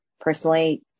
Personally